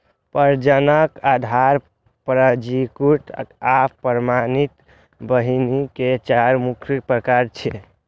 प्रजनक, आधार, पंजीकृत आ प्रमाणित बीहनि के चार मुख्य प्रकार छियै